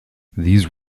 these